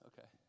Okay